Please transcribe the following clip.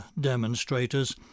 demonstrators